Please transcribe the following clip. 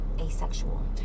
Asexual